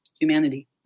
humanity